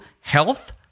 health